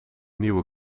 nieuwe